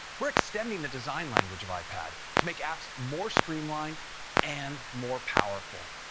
we're extending the design language of ipad to make apps more streamlined and more powerful.